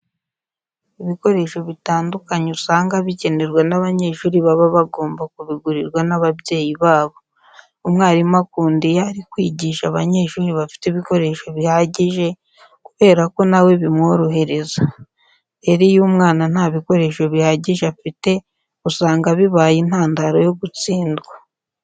Ibikoresho bigiye bitandukanye usanga bikenerwa n'abanyeshuri baba bagomba kubigurirwa n'ababyeyi babo. Umwarimu akunda iyo ari kwigisha abanyeshuri bafite ibikoresho bihagije kubera ko na we bimworohereza. Rero iyo umwana nta bikoresho bihagije afite usanga bibaye intandaro yo gutsindwa.